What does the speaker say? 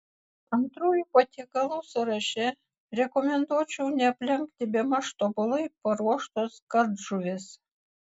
antrųjų patiekalų sąraše rekomenduočiau neaplenkti bemaž tobulai paruoštos kardžuvės